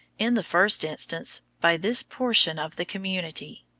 in the first instance, by this portion of the community.